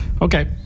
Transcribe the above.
Okay